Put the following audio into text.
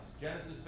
Genesis